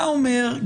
אתה אומר,